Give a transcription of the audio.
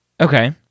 Okay